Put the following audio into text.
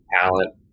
talent